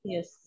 Yes